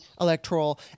electoral